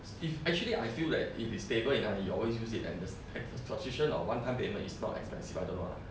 if actually I feel like if it's stable enough you'll always use it at the s~ at the transition of one time payment is not expensive I don't know lah